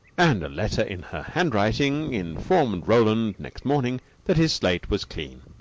and a letter in her handwriting informed roland next morning that his slate was clean.